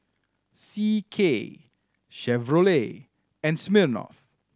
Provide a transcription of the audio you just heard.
C K Chevrolet and Smirnoff